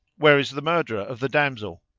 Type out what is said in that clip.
where is the murderer of the damsel?